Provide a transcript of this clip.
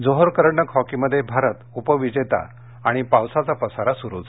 Johor करंडक हॉकीमध्ये भारत उपविजेता आणि पावसाचा पसारा सुरुच